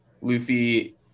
luffy